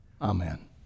Amen